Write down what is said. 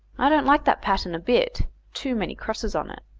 i don't like that pattern a bit too many crosses on it.